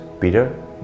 Peter